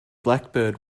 blackbird